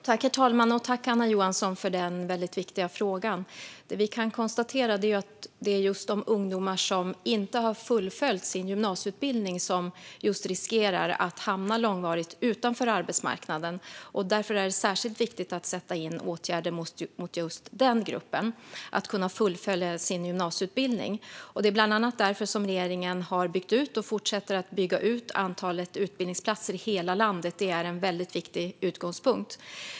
Herr talman! Tack, Anna Johansson, för den väldigt viktiga frågan! Vi kan konstatera att det är just de ungdomar som inte har fullföljt sin gymnasieutbildning som riskerar att långvarigt hamna utanför arbetsmarknaden. Därför är det särskilt viktigt att sätta in åtgärder för just den gruppen så att de ungdomarna kan fullfölja sin gymnasieutbildning. Det är bland annat därför som regeringen har byggt ut och fortsätter att bygga ut antalet utbildningsplatser i hela landet. Det är en väldigt viktig utgångspunkt.